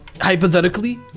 hypothetically